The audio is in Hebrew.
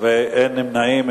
ואין נמנעים.